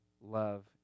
love